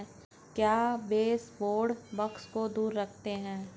क्या baseboard bugs को दूर रखते हैं?